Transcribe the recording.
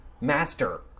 master